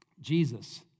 Jesus